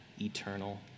eternal